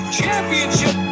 championship